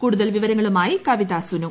കൂടുതൽ വിവരങ്ങളുമായി കവിതാ സുനു